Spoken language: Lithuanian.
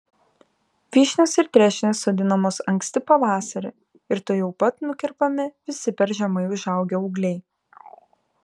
vyšnios ir trešnės sodinamos anksti pavasarį ir tuojau pat nukerpami visi per žemai užaugę ūgliai